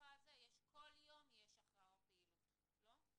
כל יום יש הכרעה או פעילות , לא?